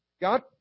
God